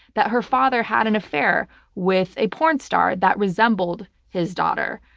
that her father had an affair with a porn star that resembled his daughter.